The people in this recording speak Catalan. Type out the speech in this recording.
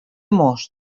most